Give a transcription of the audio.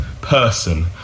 person